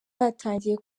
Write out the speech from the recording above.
batangiye